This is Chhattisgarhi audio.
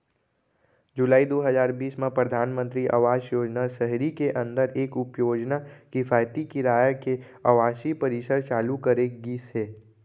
जुलाई दू हजार बीस म परधानमंतरी आवास योजना सहरी के अंदर एक उपयोजना किफायती किराया के आवासीय परिसर चालू करे गिस हे